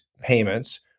payments